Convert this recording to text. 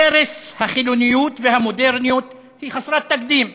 ערש החילוניות והמודרניות, הם חסרי תקדים.